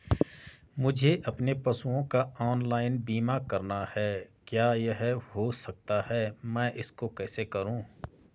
मुझे अपने पशुओं का ऑनलाइन बीमा करना है क्या यह हो सकता है मैं इसको कैसे करूँ?